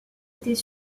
était